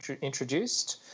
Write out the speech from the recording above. introduced